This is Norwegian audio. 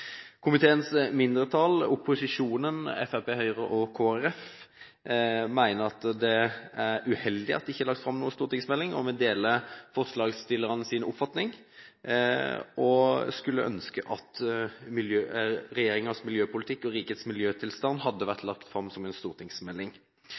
Komiteens mindretall, opposisjonen – Fremskrittspartiet, Høyre og Kristelig Folkeparti – mener at det er uheldig at det ikke er lagt fram noen stortingsmelding, og vi deler forslagsstillernes oppfatning og skulle ønske at regjeringens miljøpolitikk og rikets miljøtilstand hadde vært